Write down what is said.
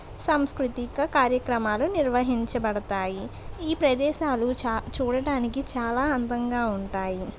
సంస్కృతిక కార్యక్రమాలు నిర్వహించబడతాయి ఈ ప్రదేశాలు చా చూడటానికి చాలా అందంగా ఉంటాయి